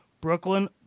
Brooklyn